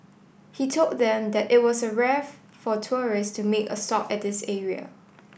he told them that it was a rare for tourists to make a stop at this area